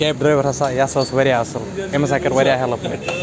cab driver ہَسا یہِ ہسا اوس واریاہ اَصٕل أمۍ ہَسا کٔر واریاہ ہیٚلٕپ